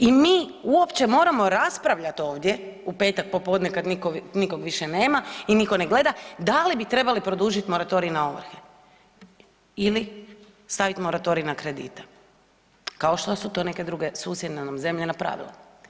I mi uopće moramo raspravljati ovdje u petak popodne kad nikog više nema i nitko ne gleda da li bi trebali produžiti moratorij na ovrhe ili stavit moratorij na kredite kao što su to neke druge susjedne nam zemlje napravile.